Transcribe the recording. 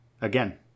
Again